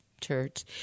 church